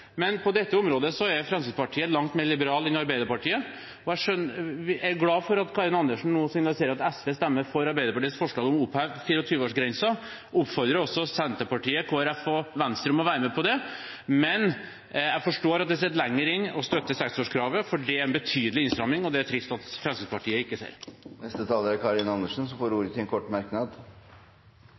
men på dette området er Fremskrittspartiet langt mer liberale enn Arbeiderpartiet. Jeg er glad for at Karin Andersen nå signaliserer at SV stemmer for Arbeiderpartiets forslag om å oppheve 24-årsgrensen. Jeg oppfordrer også Senterpartiet, Kristelig Folkeparti og Venstre til å være med på det. Jeg forstår at det sitter lenger inne å støtte seksårskravet, for det er en betydelig innstramming, og det er det trist at Fremskrittspartiet ikke ser. Representanten Karin Andersen har hatt ordet to ganger tidligere og får ordet til en kort merknad,